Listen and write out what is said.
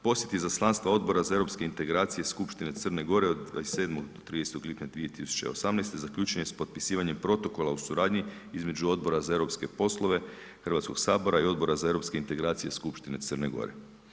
Posjet izaslanstva Odbora za eu integracije Skupštine Crne Gore od 27. do 30. lipnja 2018. zaključen je sa potpisivanjem Protokola o suradnji između Odbora za eu poslove, Hrvatskog sabora i Odbora za eu integracije skupštine Crne Gore.